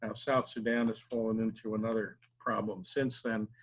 um south sudan has fallen into another problem since then,